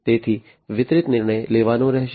તેથી વિતરિત નિર્ણય લેવાનું રહેશે